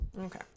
Okay